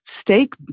steak